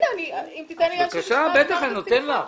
אם תיתן לי להשלים, אני אשיב.